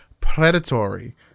predatory